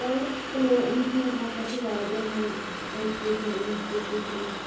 سٲنِس پُلوٲمِس منٛز ہَسا چھِ واریاہ یِم ایٚجوکیشنَل اِنسٹِٹیوٗشَنٕز